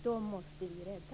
Dem måste vi rädda.